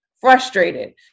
frustrated